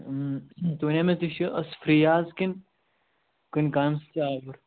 تُہۍ ؤنِو مےٚ تُہۍ چھِو فرٛی اَز کِنہٕ کُنہِ کامہِ سۭتۍ آوُر